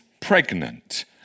pregnant